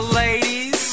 ladies